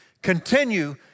Continue